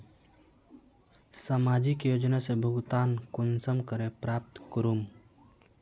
सामाजिक योजना से भुगतान कुंसम करे प्राप्त करूम?